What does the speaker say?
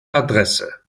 adresse